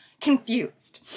confused